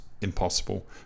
impossible